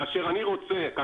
כאשר אני נאלץ,